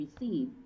receive